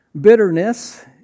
Bitterness